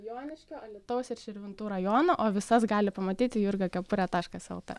joniškio alytaus ir širvintų rajono o visas gali pamatyti jurgio kepurė taškas lt